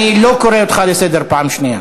אני לא קורא אותך לסדר פעם שנייה.